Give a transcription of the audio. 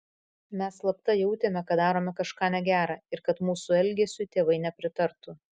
mes slapta jautėme kad darome kažką negera ir kad mūsų elgesiui tėvai nepritartų